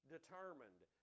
determined